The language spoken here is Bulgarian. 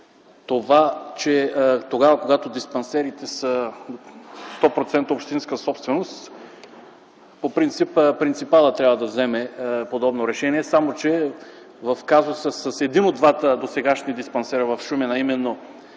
това, че тогава, когато диспансерите са 100% общинска собственост – по принцип принципалът трябва да вземе подобно решение, само че в казуса с един от двата досегашни диспансера в Шумен, а именно